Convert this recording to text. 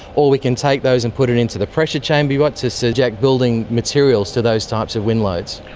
or we can take those and put it into the pressure chamber you've got to subject buildings materials to those types of wind loads.